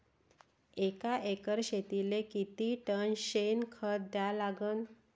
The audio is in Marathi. एका एकर शेतीले किती टन शेन खत द्या लागन?